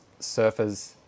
surfers